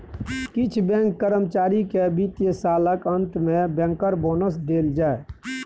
किछ बैंक कर्मचारी केँ बित्तीय सालक अंत मे बैंकर बोनस देल जाइ